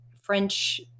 French